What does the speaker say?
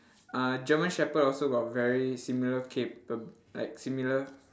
uh german shepherd also got very similar capab~ like similar